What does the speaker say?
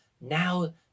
now